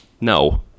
No